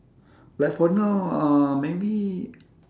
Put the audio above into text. like for now uh maybe